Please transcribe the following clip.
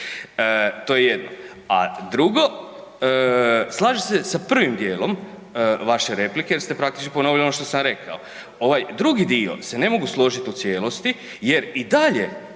to je jedno. A drugo, slažem se sa prvim djelom vaše replike jer ste praktički ponovili ono što sam rekao, ovaj drugi dio se ne mogu složiti u cijelosti jer i dalje